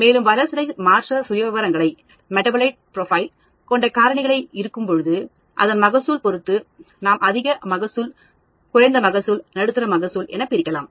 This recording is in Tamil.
மேலும் வளர்சிதை மாற்ற சுயவிவரங்களைப் கொண்ட காரணிகளை இருக்கும் பொழுது அதன் மகசூல் பொருத்து நாம் அதிக மகசூல் குறைந்த மகசூல் நடுத்தர மகசூல் என பிரிக்கலாம்